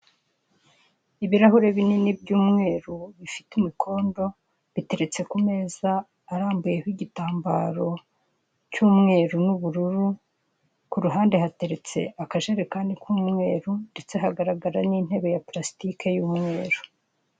Ibirahure binini by'umweru bifite imikondo biteretse ku meza arambuyeho igitambaro cy'umweru n'ubururu, ku ruhande hateretse akajerekani k'umumweru ndetse hagagaraga n'intebe ya pulasitike y'umweru.